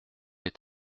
est